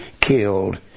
killed